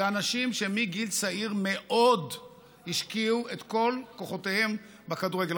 הם אנשים שמגיל צעיר מאוד השקיעו את כל כוחותיהם בכדורגל.